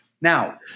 Now